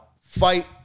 fight